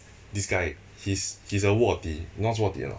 this guy he's he's a 卧底 you know what is 卧底 or not